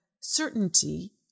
certainty